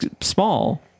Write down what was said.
small